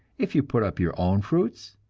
if you put up your own fruits,